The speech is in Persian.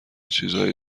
چیزای